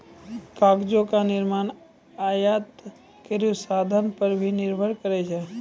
कागजो क निर्माण यातायात केरो साधन पर भी निर्भर करै छै